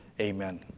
Amen